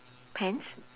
pants